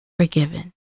forgiven